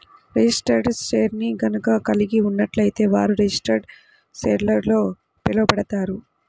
registered షేర్ని గనక కలిగి ఉన్నట్లయితే వారు రిజిస్టర్డ్ షేర్హోల్డర్గా పిలవబడతారు